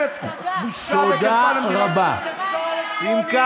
רק הטרנסג'נדר עם הניתוחים.